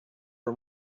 for